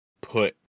put